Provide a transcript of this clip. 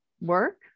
work